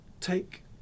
take